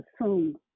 assume